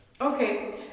Okay